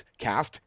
CAST